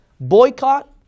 boycott